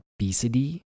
obesity